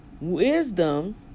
wisdom